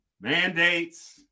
Mandates